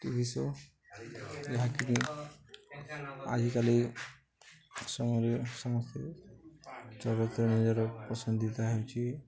TV show ଯାହାକି ଆଜିକାଲି ସମୟରେ ସମସ୍ତେ ଚରିତ୍ର ନିଜର ପସନ୍ଦିଦା ହେଉଛି